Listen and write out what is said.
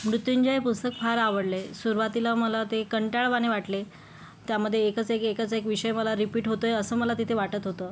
मृत्युंजय पुस्तक फार आवडले सुरवातीला मला ते कंटाळवाणे वाटले त्यामध्ये एकच एक एकच एक विषय मला रिपीट होतोय असं मला तिथं वाटत होतं